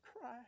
cry